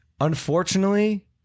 Unfortunately